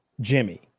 Jimmy